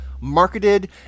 marketed